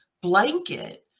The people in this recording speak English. blanket